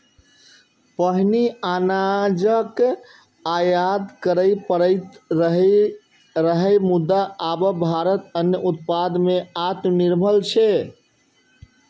पहिने अनाजक आयात करय पड़ैत रहै, मुदा आब भारत अन्न उत्पादन मे आत्मनिर्भर छै